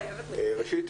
ראשית,